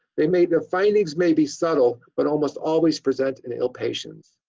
they made no findings may be subtle but almost always present in ill patients.